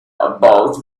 about